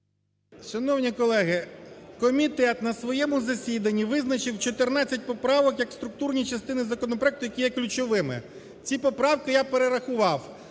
Шановні колеги, комітет на своєму засіданні визначив 14 поправок як структурні частини законопроекту, які є ключовими. Ці поправки я перерахував.